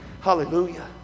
Hallelujah